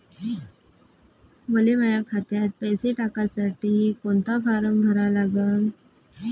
मले माह्या खात्यात पैसे टाकासाठी कोंता फारम भरा लागन?